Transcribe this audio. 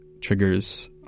triggers